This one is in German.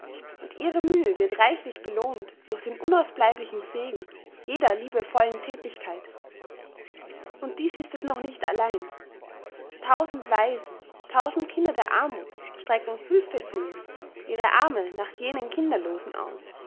und ihre mühe wird reichlich belohnt durch den unausbleiblichen segen jeder liebevollen thätigkeit und dies ist es noch nicht allein tausend waisen tausend kinder der armuth strecken hülfeflehend ihre arme nach jenen kinderlosen aus